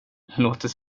låter